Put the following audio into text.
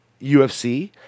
UFC